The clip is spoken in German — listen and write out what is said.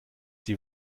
die